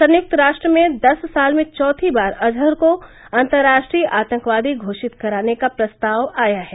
संयुक्त राष्ट्र में दस साल में चौथी बार अजहर को अंतर्राष्ट्रीय आतंकवादी घोषित कराने का प्रस्ताव आया है